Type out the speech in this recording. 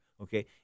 okay